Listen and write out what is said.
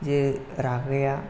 जे रागाया